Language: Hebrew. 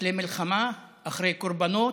אחרי מלחמה, אחרי קורבנות,